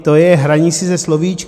To je hraní si se slovíčky.